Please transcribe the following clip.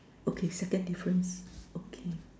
okay second difference okay